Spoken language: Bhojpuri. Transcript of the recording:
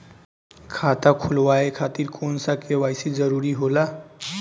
खाता खोलवाये खातिर कौन सा के.वाइ.सी जरूरी होला?